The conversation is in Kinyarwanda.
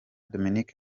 dominic